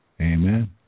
Amen